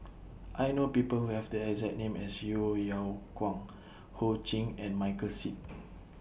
I know People Who Have The exact name as Yeo Yeow Kwang Ho Ching and Michael Seet